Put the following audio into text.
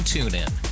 TuneIn